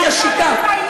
אתה מבייש את הכנסת הזאת,